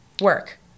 work